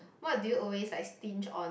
what do you always like stinge on